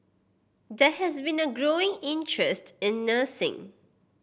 there has been a growing interest in nursing